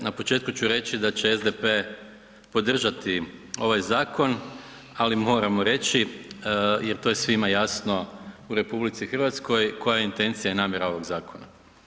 Na početku ću reći da će SDP podržati ovaj zakon, ali moramo reći jer to je svima jasno u RH koja je intencija i namjera ovog zakona.